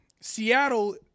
Seattle